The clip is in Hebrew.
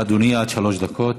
בבקשה, אדוני, עד שלוש דקות.